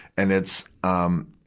and it's, um,